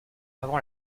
avant